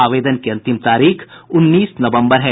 आवेदन की अंतिम तारीख उन्नीस नवम्बर है